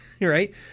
right